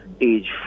age